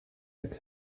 hekk